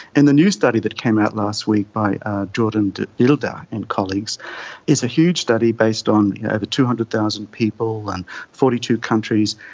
and the new study that came out last week by jordan devylder and colleagues is a huge study based on over two hundred thousand people, and forty two countries.